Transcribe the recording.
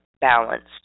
balanced